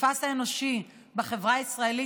הפסיפס האנושי בחברה הישראלית,